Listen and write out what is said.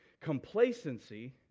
complacency